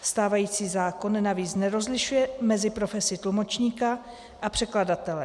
Stávající zákon navíc nerozlišuje mezi profesí tlumočníka a překladatele.